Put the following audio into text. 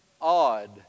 odd